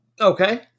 Okay